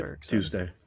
Tuesday